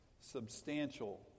substantial